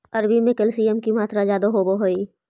अरबी में कैल्शियम की मात्रा ज्यादा होवअ हई